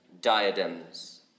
diadems